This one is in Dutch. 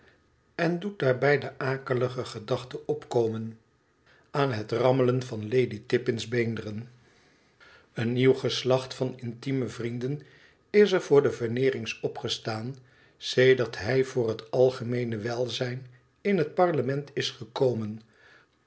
en doet daarbij de akelige gedachte opkomen aan het rammelen van lady tippins beenderen een nieuw geslacht van intieme vrienden is er voor de veneerings opgestaan sedert hij voor het algemeene welzijn in het parlement is gekomen